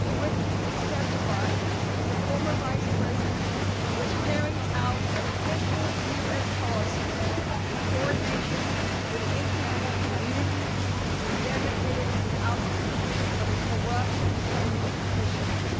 witnesses testify that the former vice president was carrying out official u s. policy in coordination with the international community when he advocated for the ouster of a cropped ukrainian official.